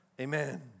Amen